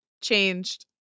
changed